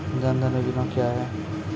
जन धन योजना क्या है?